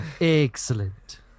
Excellent